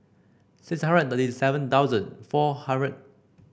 six hundred thirty seven thousand four hundred